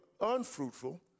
unfruitful